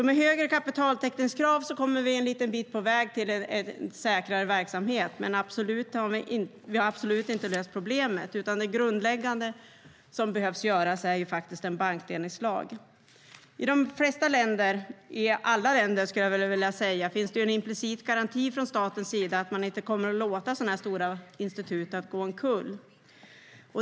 Med högre kapitaltäckningskrav kommer vi en liten bit på väg mot en säkrare verksamhet, men vi har absolut inte löst problemet. Det grundläggande som behöver göras är faktiskt en bankdelningslag. I de flesta länder - i alla länder skulle jag vilja säga - finns en implicit garanti från statens sida för att man inte kommer att låta sådana här stora institut gå omkull.